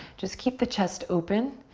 just keep the chest open.